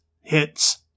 hits